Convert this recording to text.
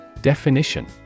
Definition